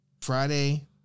Friday